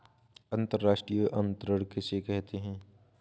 अंतर्राष्ट्रीय अंतरण किसे कहते हैं?